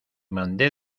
mandé